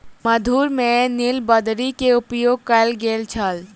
मधुर में नीलबदरी के उपयोग कयल गेल छल